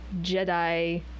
Jedi